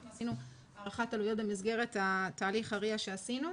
אנחנו עשינו הערכת עלויות במסגרת תהליך ה-RIA שעשינו.